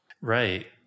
Right